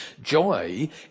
Joy